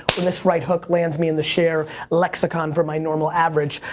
and this right hook lands me in the share lexicon for my normal average.